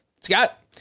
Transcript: Scott